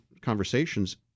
conversations